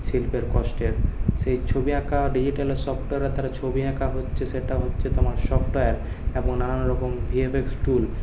শিল্পের কষ্টের সেই ছবি আঁকা ডিজিটাল সফটওয়্যারের দ্বারা ছবি আঁকা হচ্ছে সেটা হচ্ছে তোমার সফটওয়্যার এবং নানান রকম ভিএফএক্স টুল